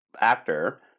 actor